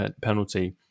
penalty